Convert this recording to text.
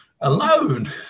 alone